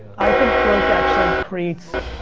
i think broke actually creates